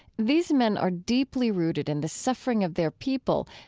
these men are deeply rooted in the suffering of their people.